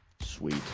Sweet